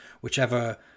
whichever